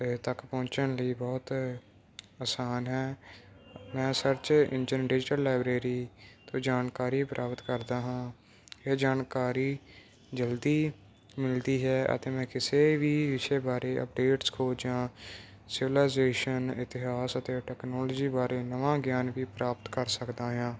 ਤੱਕ ਪਹੁੰਚਣ ਲਈ ਬਹੁਤ ਆਸਾਨ ਹੈ ਮੈਂ ਸਰਚ ਇੰਜਨ ਡਿਜੀਟਲ ਲਾਈਬਰੇਰੀ ਤੋਂ ਜਾਣਕਾਰੀ ਪ੍ਰਾਪਤ ਕਰਦਾ ਹਾਂ ਇਹ ਜਾਣਕਾਰੀ ਜਲਦੀ ਮਿਲਦੀ ਹੈ ਅਤੇ ਮੈਂ ਕਿਸੇ ਵੀ ਵਿਸ਼ੇ ਬਾਰੇ ਅਪਡੇਟਸ ਕੋ ਜਾਂ ਸ਼ਿਵਲਾਜੇਸ਼ਨ ਇਤਿਹਾਸ ਅਤੇ ਟੈਕਨੋਲਜੀ ਬਾਰੇ ਨਵਾਂ ਗਿਆਨ ਵੀ ਪ੍ਰਾਪਤ ਕਰ ਸਕਦਾ ਹਾਂ